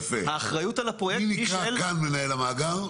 יפה, מי נקרא כאן מנהל המאגר?